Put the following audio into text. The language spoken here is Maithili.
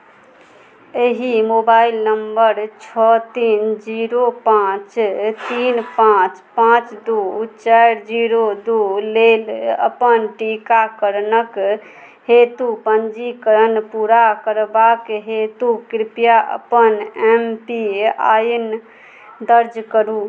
एहि मोबाइल नम्बर छओ तीन जीरो पाँच तीन पाँच पाँच दू चारि जीरो दू लेल अपन टीकाकरणक हेतु पञ्जीकरण पूरा करबाक हेतु कृपया अपन एम पी आइ एन दर्ज करू